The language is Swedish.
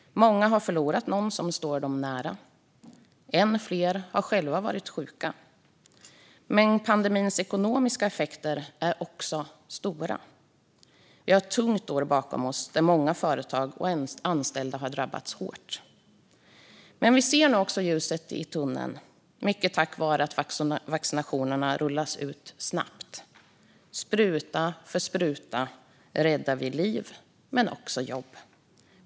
Många har förlorat någon som står dem nära. Än fler har själva varit sjuka. Men pandemins ekonomiska effekter är också stora. Vi har ett tungt år bakom oss då många företag och anställda har drabbats hårt. Men vi ser nu också ljuset i tunneln, mycket tack vare att vaccinationerna rullas ut snabbt. Spruta för spruta räddar vi liv men också jobb.